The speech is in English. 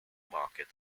market